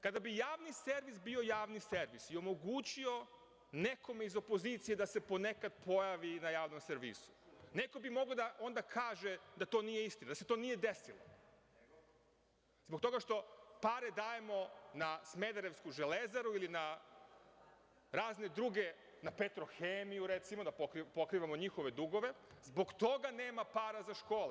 Kada bi javni servis bio javni servis i omogućio nekome iz opozicije da se ponekad pojavi na javnom servisu, neko bi mogao da onda kaže da to nije istina, da se to nije desilo zbog toga što pare dajemo na smederevsku „Železaru“ ili na razne druge, na „Petrohemiju“, recimo, da pokrivamo njihove dugove i zbog toga nema para za škole.